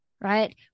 right